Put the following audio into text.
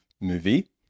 movie